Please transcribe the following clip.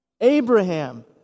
Abraham